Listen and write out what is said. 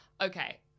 Okay